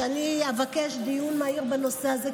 שאני אבקש דיון מהיר בנושא הזה,